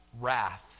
wrath